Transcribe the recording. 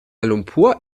lumpur